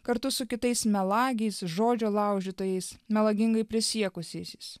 kartu su kitais melagiais žodžio laužytojais melagingai prisiekusiais